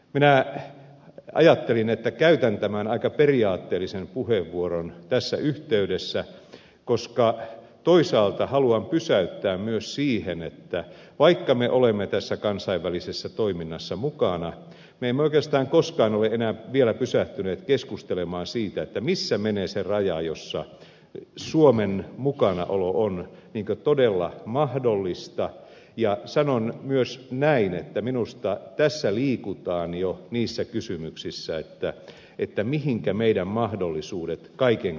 minä ajattelin että käytän tämän aika periaatteellisen puheenvuoron tässä yhteydessä koska toisaalta haluan pysäyttää tämän myös siihen että vaikka me olemme tässä kansainvälisessä toiminnassa mukana me emme oikeastaan koskaan ole vielä pysähtyneet keskustelemaan siitä missä menee se raja jolloin suomen mukanaolo on todella mahdollista ja sanon myös näin että minusta tässä liikutaan jo niissä kysymyksissä mihinkä meidän mahdollisuutemme kaiken kaikkiaankin yltävät